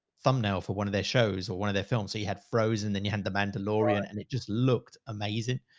thumbnail for one of their shows or one of their films. so you had frozen, then you had the mandalorian and it just looked amazing.